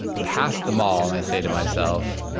past the mall and i say to myself,